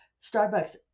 Starbucks